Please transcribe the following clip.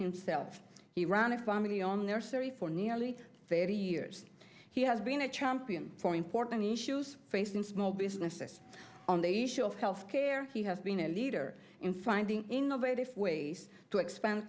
himself he ran a family on their story for nearly thirty years he has been a champion for important issues facing small businesses on the issue of health care he has been a leader in finding innovative ways to expand